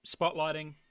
spotlighting